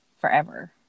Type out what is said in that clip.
forever